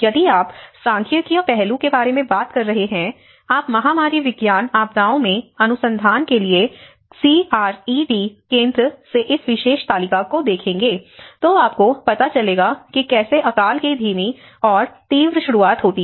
यदि आप सांख्यिकीय पहलू के बारे में बात कर रहे हैं आप महामारी विज्ञान आपदाओं में अनुसंधान के लिए CRED केंद्र से इस विशेष तालिका को देखेंगे तो आपको पता चलेगा कि कैसे अकाल की धीमी और तीव्र शुरुआत होती है